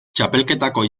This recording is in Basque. txapelketako